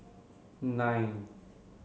nine